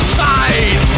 side